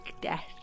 death